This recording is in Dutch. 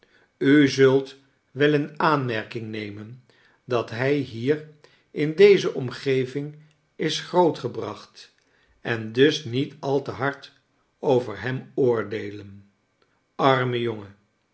u zult wel in aanmerking nemen dat hij hier in deze omgeving is groot gebracht en dus niet al te hard over hem oordeelen arme jongen